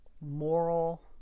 moral